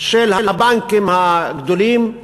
של הבנקים הגדולים,